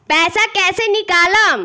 पैसा कैसे निकालम?